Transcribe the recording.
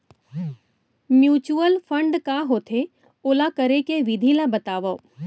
mutual fund का होथे, ओला करे के विधि ला बतावव